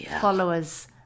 followers